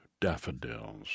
Daffodils